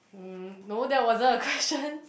mm no that wasn't a question